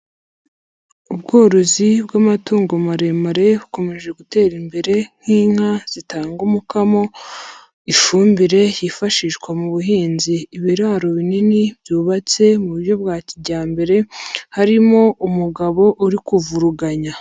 Ubworozi bw'amatungo maremare, bukomeje gutera imbere nk'inka zitanga umukamo, ifumbire yifashishwa mu buhinzi, ibiraro binini byubatse mu buryo bwa kijyambere, harimo umugabo uri kuvuruganya.